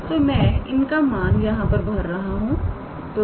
तो मैं इनका मान यहां भर रहा हूं